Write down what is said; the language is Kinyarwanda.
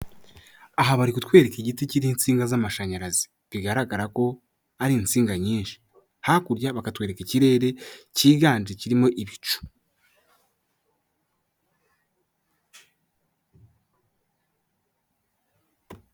Aha bari kutwereka igiti kiriho insinga z'amashanyarazi, bigaragara ko ari insinga nyinshi, hakurya bakatwereka ikirere cyiganje kirimo ibicu.